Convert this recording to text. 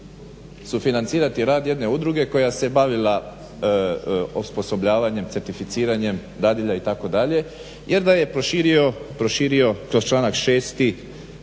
sufinancirati rad jedne udruge koja se bavila osposobljavanjem, certificiranjem dadilja itd. jer da je proširio to članak 6.